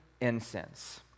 incense